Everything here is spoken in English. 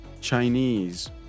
Chinese